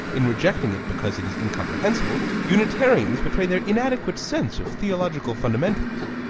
in rejecting it because it is incomprehensible, unitarians betray their inadequate sense of theological fundamentals.